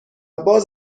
باز